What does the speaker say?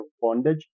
bondage